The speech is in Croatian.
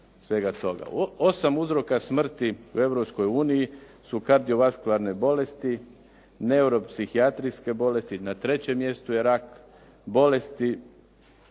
Osam uzroka smrti u Europskoj uniji su kardiovaskularne bolesti, neuropsihijatrijske bolesti, na trećem mjestu je rak, bolesti